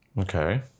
Okay